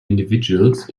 individuals